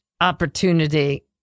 opportunity